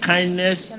Kindness